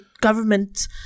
government